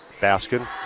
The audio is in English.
Baskin